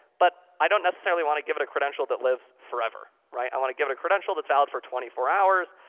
but i don't necessarily want to give it a credential that lives forever. i want to give it a credential that's valid for twenty four hours,